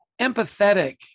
empathetic